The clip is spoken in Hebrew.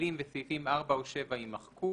המילים "וסעיפים 4 או 7" יימחקו